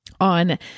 On